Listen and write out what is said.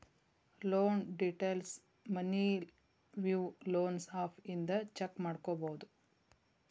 loan ಡೇಟೈಲ್ಸ್ನ Money View loans app ಇಂದ check ಮಾಡ್ಕೊಬೋದು